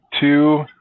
two